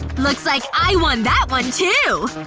looks like i won that one, too!